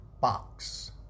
Box